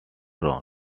round